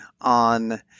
on